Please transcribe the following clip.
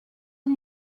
are